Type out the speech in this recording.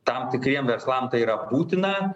tam tikriem verslam tai yra būtina